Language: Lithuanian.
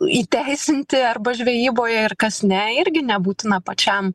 įteisinti arba žvejyboje ir kas ne irgi nebūtina pačiam